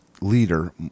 leader